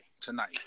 tonight